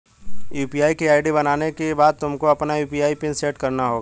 UPI की ID बनाने के बाद तुमको अपना यू.पी.आई पिन सैट करना होगा